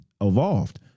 evolved